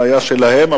בעיה שלהם,